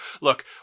Look